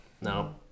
No